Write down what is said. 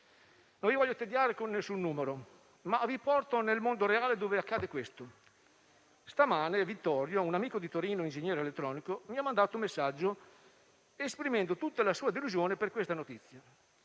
non vi voglio tediare con alcun numero, ma vi porto nel mondo reale dove accade quanto segue. Stamani Vittorio, un amico di Torino ingegnere elettronico, mi ha mandato un messaggio esprimendo tutta la sua delusione per la notizia.